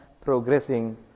progressing